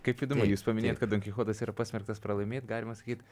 kaip įdomu jūs paminėjot kad donkichotas yra pasmerktas pralaimėt galima sakyt